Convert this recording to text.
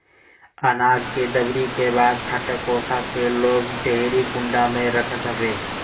अनाज के दवरी के बाद फटक ओसा के लोग डेहरी कुंडा में रखत हवे